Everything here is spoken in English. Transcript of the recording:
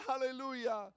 Hallelujah